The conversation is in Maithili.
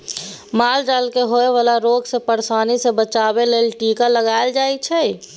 माल जाल केँ होए बला रोग आ परशानी सँ बचाबे लेल टीका लगाएल जाइ छै